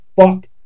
fuck